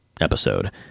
episode